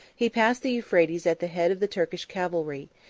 he passed the euphrates at the head of the turkish cavalry,